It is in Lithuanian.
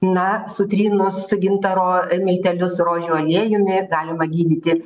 na sutrynus gintaro miltelius su rožių aliejumi galima gydyti